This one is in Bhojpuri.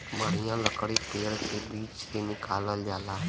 बढ़िया लकड़ी पेड़ के बीच से निकालल जाला